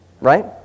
Right